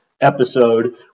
episode